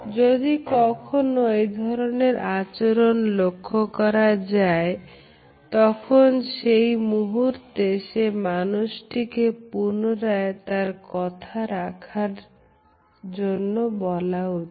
যদি কখনো এই ধরনের আচরণ লক্ষ্য করা যায় তখন সেই মুহুর্তে সে মানুষটিকে পুনরায় তাঁর কথা রাখার জন্য বলা উচিত